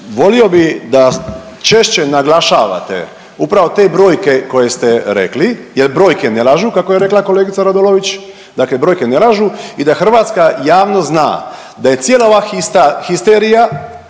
volio bi da češće naglašavate upravo te brojke koje ste rekli jer brojke ne lažu kako je rekla kolegica Radolović, dakle brojke ne lažu i da hrvatska javnost zna da je cijela ova histerija